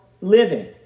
living